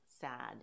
sad